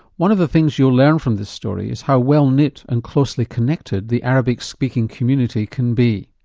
one of the things you'll learn from this story is how well knit and closely connected the arabic speaking community can be.